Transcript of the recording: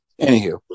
anywho